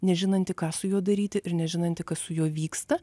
nežinanti ką su juo daryti ir nežinanti kas su juo vyksta